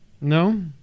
No